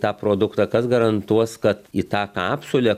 tą produktą kas garantuos kad į tą kapsulę